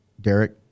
Derek